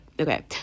okay